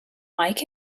like